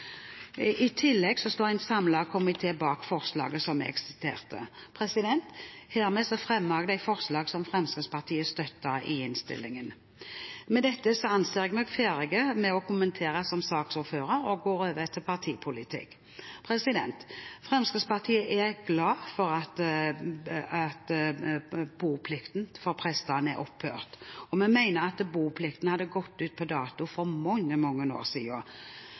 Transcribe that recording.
I tillegg står en samlet komité bak forslaget til vedtak som jeg siterte. Jeg fremmer herved forslaget fra Høyre, Fremskrittspartiet og Venstre i innstillingen. Med dette anser jeg meg ferdig med å kommentere som saksordfører og går over til partipolitikk. Fremskrittspartiet er glad for at boplikt for prestene er opphørt. Vi mener at boplikten har gått ut på dato for mange år